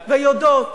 יחליט ויאמר